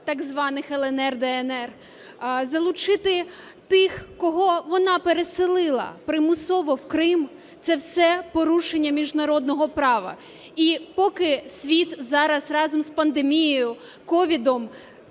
так званих "ЛНР" і "ДНР", залучити тих, кого вона пересилила примусово в Крим – це все порушення міжнародного права. І поки світ зараз разом з пандемією, ковідом,